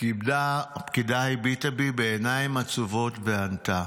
הפקידה הביטה בי בעיניים עצובות, וענתה: